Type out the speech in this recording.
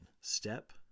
step